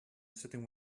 sitting